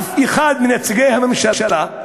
אף אחד מנציגי הממשלה,